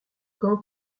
quand